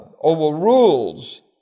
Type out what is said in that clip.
overrules